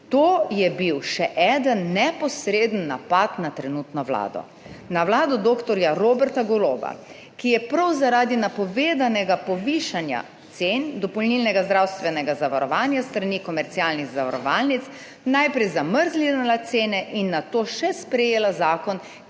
To je bil še eden neposreden napad na trenutno vlado. Na vlado dr. Roberta Goloba, ki je prav zaradi napovedanega povišanja cen dopolnilnega zdravstvenega zavarovanja s strani komercialnih zavarovalnic najprej zamrznila cene in nato še sprejela zakon,